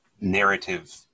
narrative